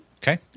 Okay